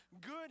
good